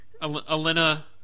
Alina